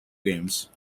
games